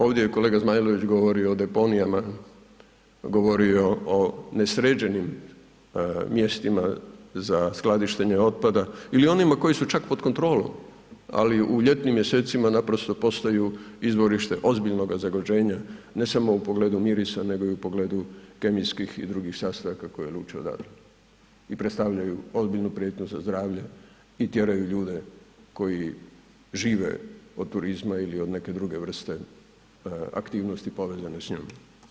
Ovdje je kolega Zmajlović govorio o deponijama, govorio o nesređenim mjestima za skladištenje otpada ili onima koji su čak pod kontrolom, ali u ljetnim mjesecima naprosto postaju izvorište ozbiljnoga zagađenja, ne samo u pogledu mirisa, nego u pogledu kemijskih i drugih sastojaka koji luče odande i predstavljaju ozbiljnu prijetnju za zdravlje i tjeraju ljude koji žive od turizma ili od neke druge vrste aktivnosti povezane s njom.